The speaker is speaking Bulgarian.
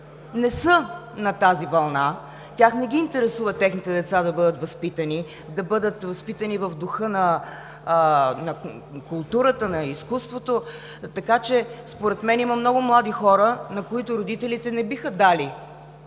не са на тази вълна, тях не ги интересува техните деца да бъдат възпитани, да бъдат възпитани в духа на културата, на изкуството. Според мен има много млади хора, на които родителите не биха дали